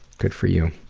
good for you.